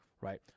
right